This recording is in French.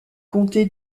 comté